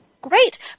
Great